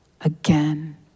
again